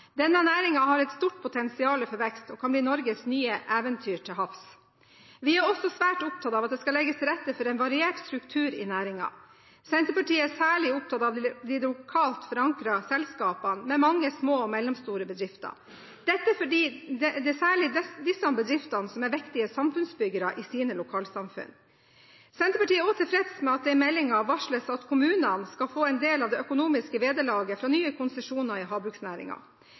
Denne næringen har et stort potensial for vekst og kan bli Norges nye eventyr til havs. Vi er også svært opptatt av at det skal legges til rette for en variert struktur i næringen. Senterpartiet er særlig opptatt av de lokalt forankrede selskapene, med mange små og mellomstore bedrifter – dette fordi det særlig er disse bedriftene som er viktige samfunnsbyggere i sine lokalsamfunn. Senterpartiet er også tilfreds med at det i meldingen varsles at kommunene skal få en del av det økonomiske vederlaget fra nye konsesjoner i